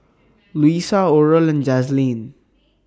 Louisa Oral and Jazlene